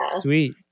Sweet